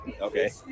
okay